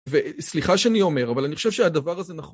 וסליחה שאני אומר אבל אני חושב שהדבר הזה נכון